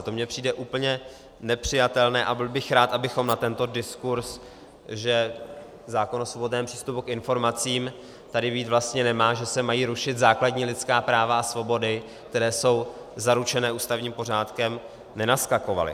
To mi přijde úplně nepřijatelné a byl bych rád, abychom na tento diskurz, že zákon o svobodném přístupu k informacím tady být vlastně nemá, že se mají rušit základní lidská práva a svobody, které jsou zaručené ústavním pořádkem, nenaskakovali.